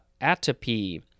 Atopy